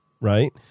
right